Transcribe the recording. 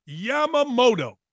Yamamoto